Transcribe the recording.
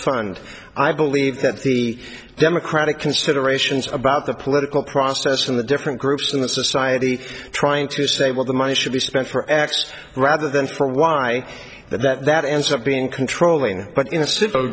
fund i believe that the democratic considerations about the political process and the different groups in the society trying to say well the money should be spent for x rather than for y that that that ends up being controlling but in civil